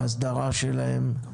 ההסדרה שלהן,